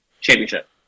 championship